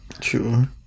Sure